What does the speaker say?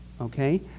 okay